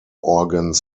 organs